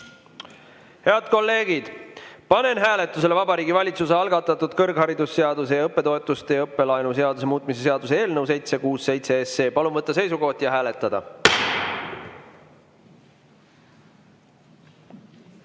kolleegid, panen hääletusele Vabariigi Valitsuse algatatud kõrgharidusseaduse ning õppetoetuste ja õppelaenu seaduse muutmise seaduse eelnõu 767. Palun võtta seisukoht ja hääletada!